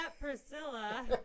Priscilla